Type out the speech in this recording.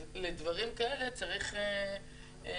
אז לדברים כאלה צריך מספרים: